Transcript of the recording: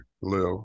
live